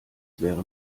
wäre